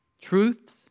Truths